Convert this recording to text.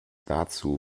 dazu